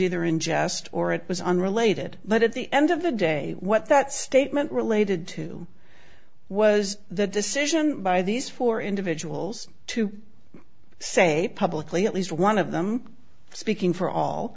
either in jest or it was unrelated but at the end of the day what that statement related to was the decision by these four individuals to say publicly at least one of them speaking for all